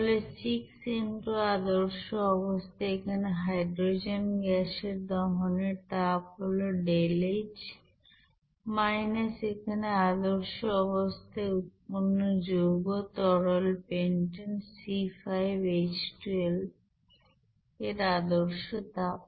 তাহলে 6 x আদর্শ অবস্থায় এখানে হাইড্রোজেন গ্যাসের দহন তাপ হল ΔH এখানে আদর্শ অবস্থায় উৎপন্ন যৌগ তরল পেন্টেন C5H12 এর আদর্শ তাপ